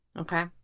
Okay